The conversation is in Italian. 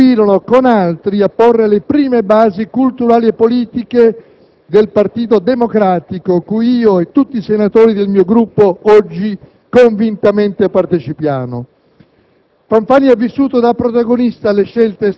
della solidarietà nazionale, contribuirono con altri a porre le prime basi culturali e politiche del Partito democratico, cui tutti i senatori del mio Gruppo ed io oggi convintamente partecipiamo.